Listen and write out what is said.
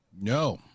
No